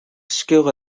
school